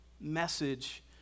message